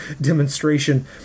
demonstration